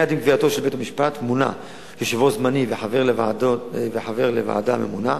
מייד עם קביעתו של בית-המשפט מונה יושב-ראש זמני וחבר לוועדה הממונה.